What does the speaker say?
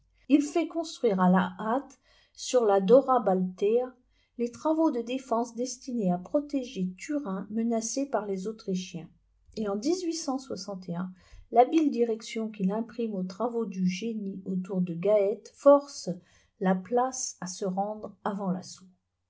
il fait construire à la hâte sur la dora baltea les travaux de défense destinés à protéger turin menacé par les autrichiens et en l'habile direction qu'il imprime au travaux du génie autour de gaète force la place à se rendre avant